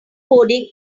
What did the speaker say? boarding